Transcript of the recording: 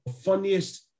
funniest